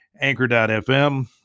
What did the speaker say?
Anchor.fm